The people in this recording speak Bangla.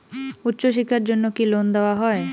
উচ্চশিক্ষার জন্য কি লোন দেওয়া হয়?